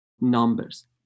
numbers